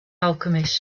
alchemist